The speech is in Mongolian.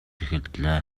эхэллээ